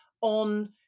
on